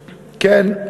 כן,